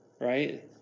right